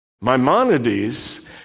Maimonides